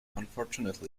unfortunately